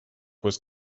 was